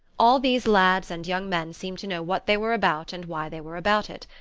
all these lads and young men seemed to know what they were about and why they were about it.